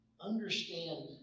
understand